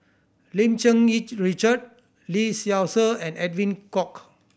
Lim Cherng Yih Richard Lee Seow Ser and Edwin Koek